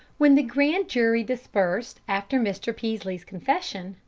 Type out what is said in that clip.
when the grand jury dispersed after mr. peaslee's confession,